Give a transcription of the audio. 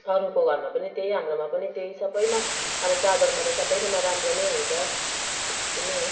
अरूको घरमा पनि त्यही हाम्रोमा पनि त्यही सबैमा अब चाडबाडमा त सबैकोमा राम्रो नै हुन्छ यति नै हो